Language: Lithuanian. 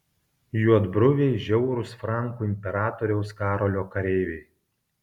juodbruviai žiaurūs frankų imperatoriaus karolio kareiviai